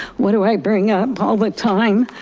what do i bring up all the time,